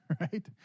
right